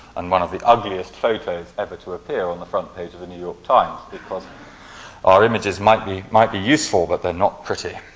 and one of the ugliest photos ever to appear on the front page of the new york times. because our our images might be might be useful, but they're not pretty.